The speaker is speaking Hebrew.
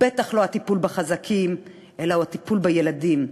ובטח לא הטיפול בחזקים, אלא הוא הטיפול בילדים.